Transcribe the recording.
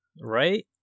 Right